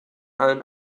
allen